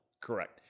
Correct